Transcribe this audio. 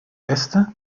äste